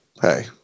hey